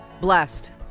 Blessed